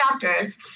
chapters